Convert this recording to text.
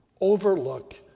overlook